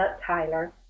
Tyler